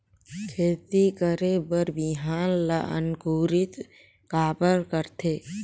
खेती करे बर बिहान ला अंकुरित काबर करथे?